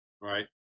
right